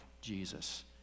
Jesus